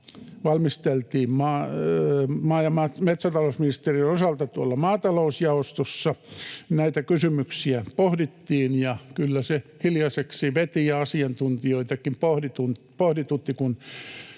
valmisteltiin maa‑ ja metsätalousministeriön osalta tuolla maatalousjaostossa, näitä kysymyksiä pohdittiin, ja kyllä se hiljaiseksi veti ja asiantuntijoitakin pohditutti,